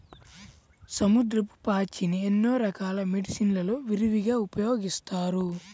సముద్రపు పాచిని ఎన్నో రకాల మెడిసిన్ లలో విరివిగా ఉపయోగిస్తారు